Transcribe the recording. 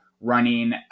running